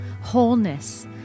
wholeness